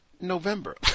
November. (